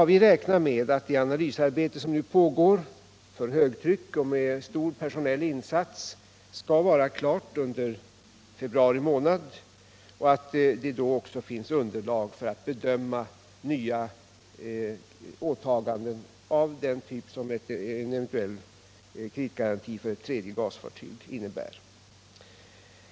Vi räknar med att det analysarbete som nu pågår för högtryck och med stor personalinsats skall vara klart i februari månad och att det då också finns underlag för att bedöma nya åtaganden av den typ som en eventuell kreditgaranti för ett tredje gasfartyg innebär.